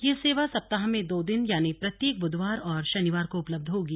यह सेवा सप्ताह में दो दिन यानी प्रत्येक बुधवार और शनिवार को उपलब्ध होगी